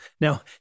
Now